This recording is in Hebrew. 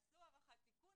עשו הערכת סיכון,